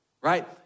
right